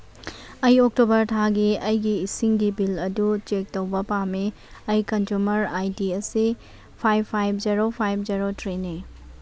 ꯑꯩ ꯑꯣꯛꯇꯣꯕꯔ ꯊꯥꯒꯤ ꯑꯩꯒꯤ ꯏꯁꯤꯡꯒꯤ ꯕꯤꯜ ꯑꯗꯨ ꯆꯦꯛ ꯇꯧꯕ ꯄꯥꯝꯃꯤ ꯑꯩ ꯀꯟꯖꯨꯃꯔ ꯑꯥꯏ ꯗꯤ ꯑꯁꯤ five five zero five zero ꯊ꯭ꯔꯤꯅꯤ